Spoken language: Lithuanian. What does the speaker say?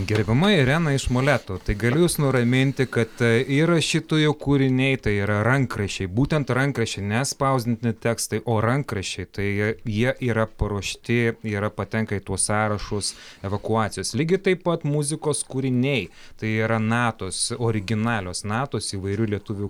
gerbiama irena iš molėtų tai galiu jus nuraminti kad ir rašytojų kūriniai tai yra rankraščiai būtent rankraščiai ne spausdinti tekstai o rankraščiai tai jie yra paruošti yra patenka į tuos sąrašus evakuacijos lygiai taip pat muzikos kūriniai tai yra natos originalios natos įvairių lietuvių